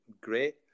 great